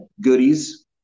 goodies